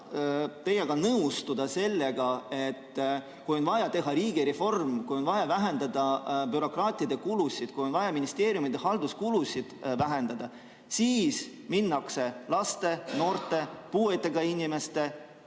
teiega nõustuda selles, et kui on vaja teha riigireform, kui on vaja vähendada bürokraatide kulusid, kui on vaja vähendada ministeeriumide halduskulusid, siis minnakse laste, noorte, puuetega inimeste,